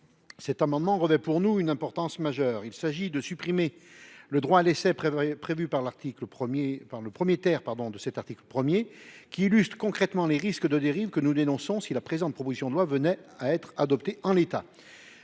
Cet amendement revêt pour nous une importance majeure. Il s’agit de supprimer le droit à l’essai prévu par le I de l’article 1, qui illustre concrètement les risques de dérive que nous dénonçons si la présente proposition de loi venait à être adoptée en l’état.